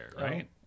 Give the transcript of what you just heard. right